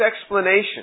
explanation